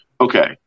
okay